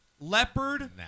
leopard